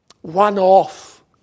one-off